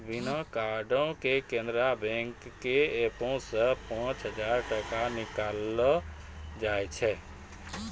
बिना कार्डो के केनरा बैंक के एपो से पांच हजार टका निकाललो जाय सकै छै